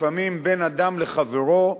לפעמים בין אדם לחברו,